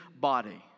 body